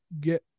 get